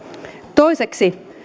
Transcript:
toiseksi